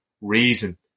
reason